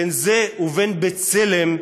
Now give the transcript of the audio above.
בין זה ובין "בצלם"